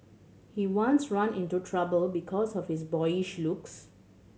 he once ran into trouble because of his boyish looks